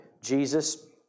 Jesus